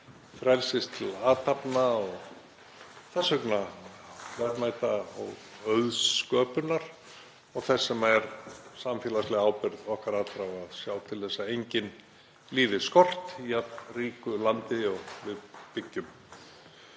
frelsis til athafna og þess vegna verðmæta- og auðssköpunar og þess sem er samfélagsleg ábyrgð okkar allra, að sjá til þess að enginn líði skort í jafn ríku landi og við byggjum.